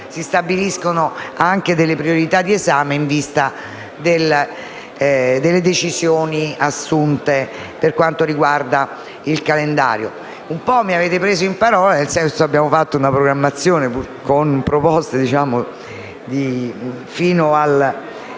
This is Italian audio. si stabilirebbero delle priorità di esame in vista delle decisioni assunte per quanto riguarda il calendario. Un po’ mi avete preso in parola, nel senso che abbiamo fatto una programmazione fino alla